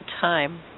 time